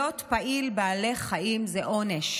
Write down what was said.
להיות פעיל למען בעלי חיים זה עונש,